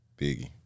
Biggie